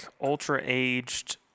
ultra-aged